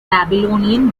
babylonian